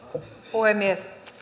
puhemies